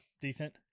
decent